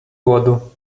воду